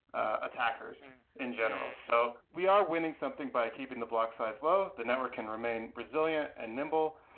attackers in general. so we are winning something by keeping the block size low. the network can remain resilient and nimble,